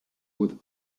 with